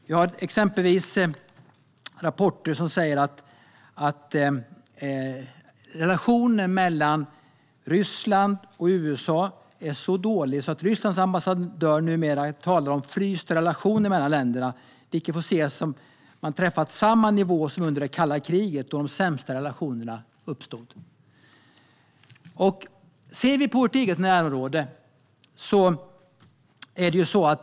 Vi har exempelvis rapporter som säger att relationen mellan Ryssland och USA är så dålig att Rysslands ambassadör numera talar om en fryst relation mellan länderna. Det får ses som att man träffat samma nivå som under det kalla kriget, då de sämsta relationerna uppstod. Vi kan se på vårt eget närområde.